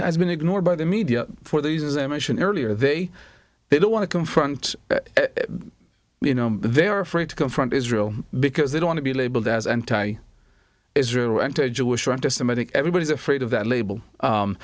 has been ignored by the media for those as i mentioned earlier they they don't want to confront you know they're afraid to confront israel because they don't to be labeled as anti israel actor jewish anti semitic everybody's afraid of that label